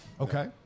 Okay